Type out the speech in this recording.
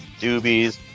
doobies